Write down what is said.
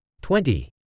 Twenty